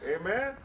Amen